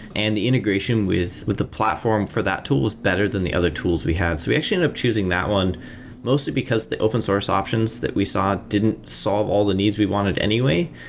and the integration with with the platform for that tool is better than the other tools we had. we actually ended and up choosing that one mostly because the open source options that we saw didn't solve all the needs we wanted anyway.